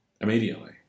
Immediately